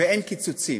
ואין קיצוצים.